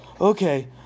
okay